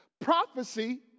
Prophecy